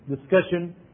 discussion